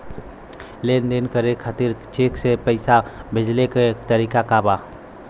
लेन देन करे खातिर चेंक से पैसा भेजेले क तरीकाका बा?